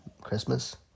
Christmas